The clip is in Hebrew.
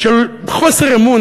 של חוסר אמון.